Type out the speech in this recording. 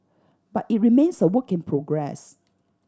but it remains a work in progress